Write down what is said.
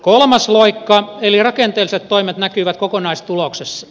kolmas loikka eli rakenteelliset toimet näkyvät kokonaistuloksessa